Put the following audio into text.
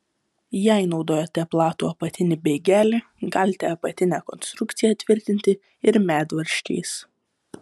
jei naudojate platų apatinį bėgelį galite apatinę konstrukciją tvirtinti ir medvaržčiais